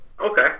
Okay